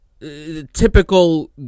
typical